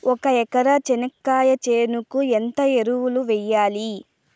ఒక ఎకరా చెనక్కాయ చేనుకు ఎంత ఎరువులు వెయ్యాలి?